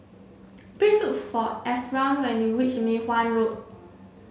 please look for Ephram when you reach Mei Hwan Road